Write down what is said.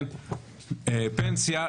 פנסיה,